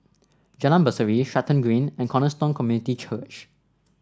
Jalan Berseri Stratton Green and Cornerstone Community Church